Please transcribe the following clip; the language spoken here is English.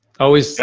always,